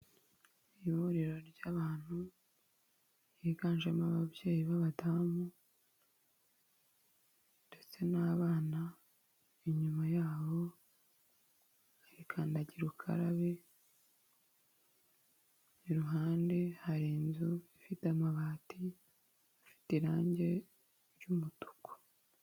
Ihuriro ry'abantu higanjemo ababyeyi b'abadamu ndetse n'abana, inyuma yabo hari kandagira ukarabe, iruhande hari inzu ifite amabati afite irangi ry'umutuku.